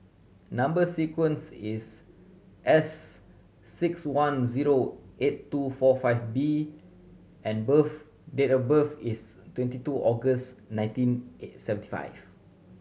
number sequence is S six one zero eight two four five B and birth date of birth is twenty two August nineteen eight seventy five